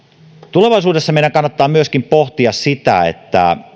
tulevaisuudessa meidän kannattaa myöskin pohtia sitä